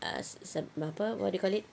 ah apa what you call it